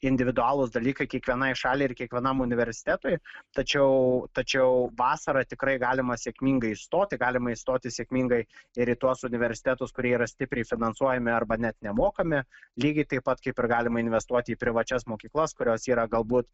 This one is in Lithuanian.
individualūs dalykai kiekvienai šaliai ir kiekvienam universitetui tačiau tačiau vasarą tikrai galima sėkmingai įstoti galima įstoti sėkmingai ir į tuos universitetus kurie yra stipriai finansuojami arba net nemokami lygiai taip pat kaip ir galima investuoti į privačias mokyklas kurios yra galbūt